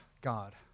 God